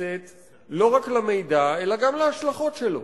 שמתייחסת לא רק למידע, אלא גם להשלכות שלו.